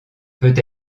peut